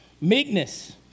Meekness